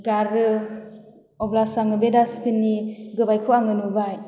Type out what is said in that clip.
गारो अब्लासो आङो बे डासबिननि गोबायखौ आङो नुबाय